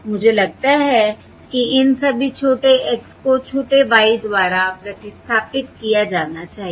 मुझे लगता है कि इन सभी छोटे x को छोटे y द्वारा प्रतिस्थापित किया जाना चाहिए